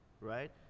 right